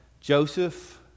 Joseph